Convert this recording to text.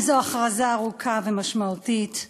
זו הכרזה ארוכה ומשמעותית,